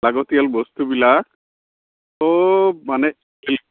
লাগতিয়াল বস্তুবিলাক চব মানে